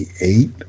eight